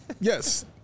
Yes